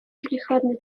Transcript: переходный